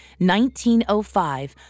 1905